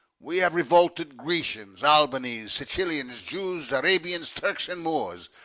we have revolted grecians, albanese, sicilians, jews, arabians, turks, and moors,